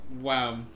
Wow